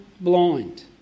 blind